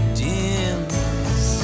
dims